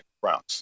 browns